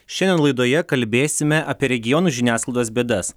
šiandien laidoje kalbėsime apie regionų žiniasklaidos bėdas